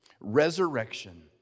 resurrection